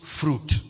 fruit